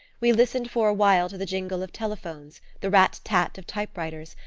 we listened for a while to the jingle of telephones, the rat-tat of typewriters,